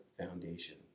foundation